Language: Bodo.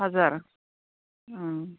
हाजार उम